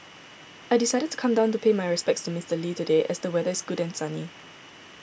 I decided to come down to pay my respects to Mister Lee today as the weather is good and sunny